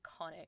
iconic